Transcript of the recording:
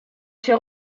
się